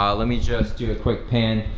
ah let me just do a quick pan,